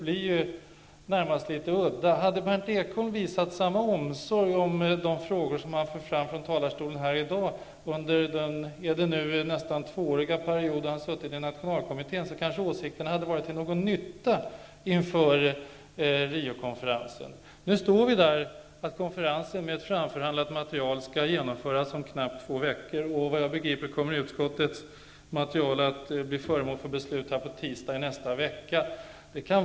Om Berndt Ekholm hade visat samma omsorg om de frågor som han för fram från talarstolen här i dag under den drygt tvååriga period då han satt i nationalkommittén, kanske åsikterna skulle ha varit till någon nytta inför Riokonferensen. Nu står vi här. Konferensen, med ett framförhandlat material, skall genomföras om knappt två veckor. Såvitt jag förstår kommer utskottets material att bli föremål för beslut på tisdag i nästa vecka.